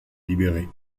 libérer